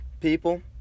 people